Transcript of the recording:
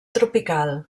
tropical